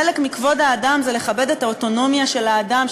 חלק מכבוד האדם זה לכבד את האוטונומיה של האדם,